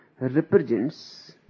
represents